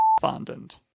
Fondant